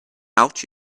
out